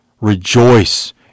rejoice